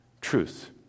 truth